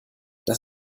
das